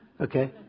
Okay